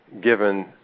given